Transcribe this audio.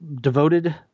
devoted